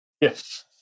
Yes